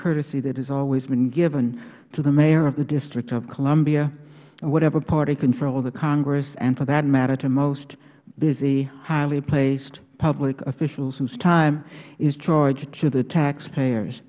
courtesy that has always been given to the mayor of the district of columbia whatever party controlled the congress and for that matter to most busy highly placed public officials whose time is charged to the taxpayers